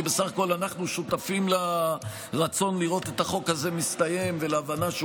כי בסך הכול אנחנו שותפים לרצון לראות את החוק הזה מסתיים ולהבנה שהוא